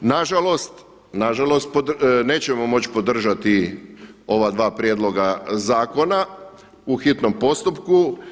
Nažalost, nažalost, nećemo moći podržati ovaj dva prijedlog zakona u hitnom postupku.